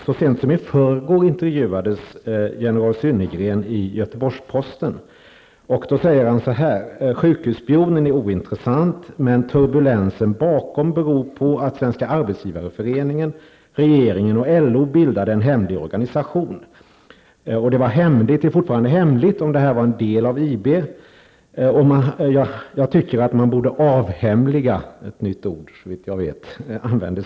Så sent som i förrgår intervjuades general Synnergren i Göteborgs-Posten. Han sade att att sjukhusspionen är ointressant, men turbulensen bakom beror på att Svenska bildade en hemlig organisation. Det är fortfarande hemligt om det här var en del av IB. Synnergren tyckte att man borde avhemliga det här.